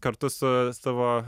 kartu su savo